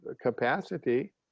capacity